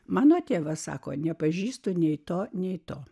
mano tėvas sako nepažįstu nei to nei to